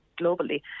globally